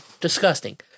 Disgusting